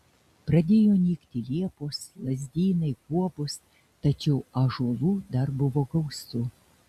pradėjo nykti liepos lazdynai guobos tačiau ąžuolų dar buvo gausu